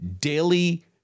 daily